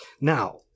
now